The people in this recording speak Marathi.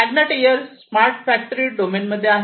मॅग्ना स्टीयर स्मार्ट फॅक्टरी डोमेनमध्ये आहे